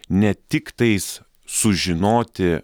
ne tik tais sužinoti